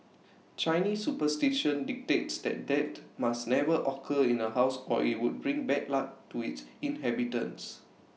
Chinese superstition dictates that death must never occur in A house or IT would bring bad luck to its inhabitants